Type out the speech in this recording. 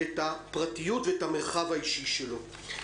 את הפרטיות ואת המרחב האישי שלו.